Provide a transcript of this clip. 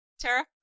Tara